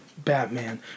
Batman